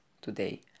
today